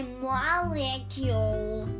molecule